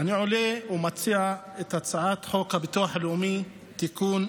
אני עולה ומציע את הצעת חוק הביטוח הלאומי (תיקון,